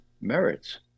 merits